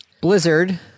Blizzard